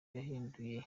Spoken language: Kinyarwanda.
yahinduye